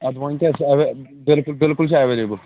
اَتھ وۅنۍ کیٛاہ بِلکُل بِلکُل چھِ ایویلیبٕل